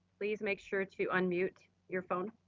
please make sure to unmute your phone.